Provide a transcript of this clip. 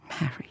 married